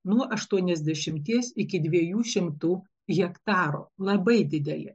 nuo aštuoniasdešimties iki dviejų šimtų hektarų labai dideli